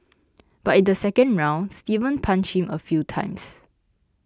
but in the second round Steven punched him a few times